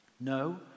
No